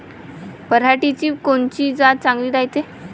पऱ्हाटीची कोनची जात चांगली रायते?